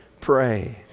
pray